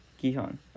Gihon